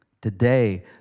today